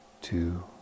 two